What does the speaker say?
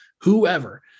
whoever